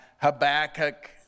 Habakkuk